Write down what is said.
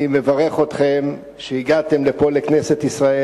אני מברך אתכם על שהגעתם לפה, לכנסת ישראל.